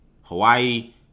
Hawaii